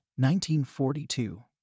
1942